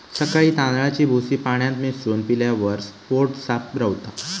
सकाळी तांदळाची भूसी पाण्यात मिसळून पिल्यावर पोट साफ रवता